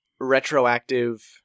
retroactive